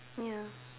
ya